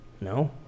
No